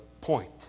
point